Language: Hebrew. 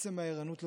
עצם הערנות לסימנים,